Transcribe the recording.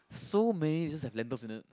so many just have lentils in it